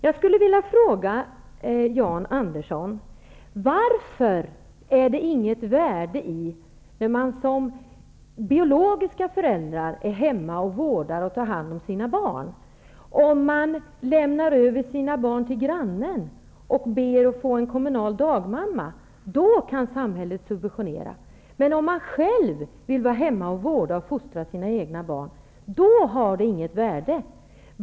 Jag vill fråga Jan Andersson: Varför är det inget värde i att biologiska föräldrar är hemma och vårdar och tar hand om sina barn? Om man lämnar över sina barn till grannen och ber att få en kommunal dagmamma, då kan samhället subventionera. Men om man själv vill vara hemma och vårda och fostra sina egna barn har det inget värde.